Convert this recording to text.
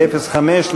לסעיף 05,